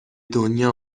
دنیا